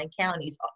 counties